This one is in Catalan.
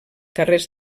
carrers